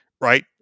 right